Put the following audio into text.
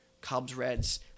Cubs-Reds